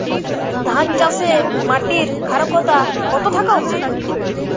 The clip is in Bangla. ধান চাষে মাটির ক্ষারকতা কত থাকা উচিৎ?